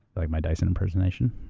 like my dyson impersonation?